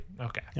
Okay